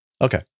okay